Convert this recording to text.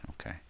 Okay